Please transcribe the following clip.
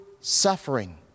suffering